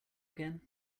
again